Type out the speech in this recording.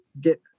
get